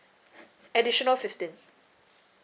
additional fifteen